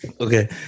Okay